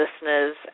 listeners